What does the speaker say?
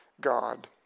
God